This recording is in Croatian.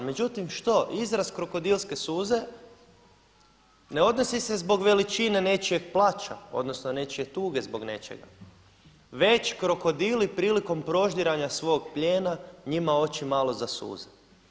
Međutim što izraz krokodilske suze ne odnosi se zbog veličine nečijih plaća, odnosno nečije tuge zbog nečega već krokodili prilikom proždiranja svog plijena njima oči malo zasuze.